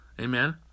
Amen